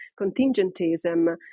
contingentism